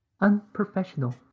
unprofessional